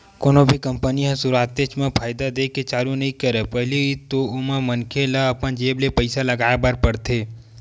कोनो भी कंपनी ह सुरुवातेच म फायदा देय के चालू नइ करय पहिली तो ओमा मनखे ल अपन जेब ले पइसा लगाय बर परथे